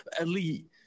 elite